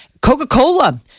Coca-Cola